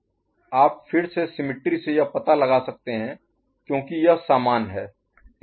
आप फिर से सिमिट्री से यह पता लगा सकते हैं क्योंकि यह समान है